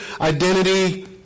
identity